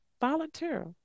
volunteer